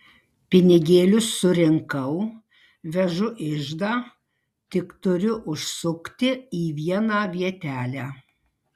pinigėlius surinkau vežu iždą tik turiu užsukti į vieną vietelę